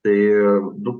tai ir du